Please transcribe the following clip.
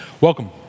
welcome